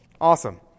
Awesome